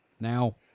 Now